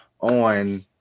on